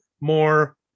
more